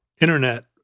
internet